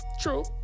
True